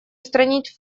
устранить